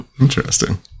Interesting